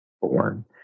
born